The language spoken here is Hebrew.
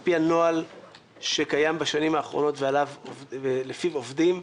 על פי הנוהל שקיים בשנים האחרונות ולפיו עובדים,